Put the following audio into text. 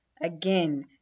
Again